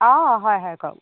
অ হয় হয় কওক